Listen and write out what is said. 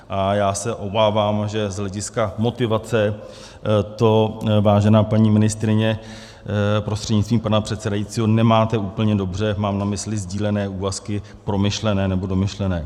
A já se obávám, že z hlediska motivace to, vážená paní ministryně prostřednictvím pana předsedajícího, nemáte úplně dobře mám na mysli sdílené úvazky promyšlené nebo domyšlené.